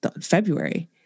February